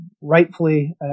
rightfully